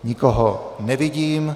Nikoho nevidím.